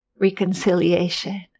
reconciliation